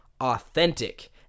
authentic